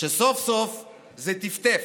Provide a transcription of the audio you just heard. שסוף-סוף זה טפטף,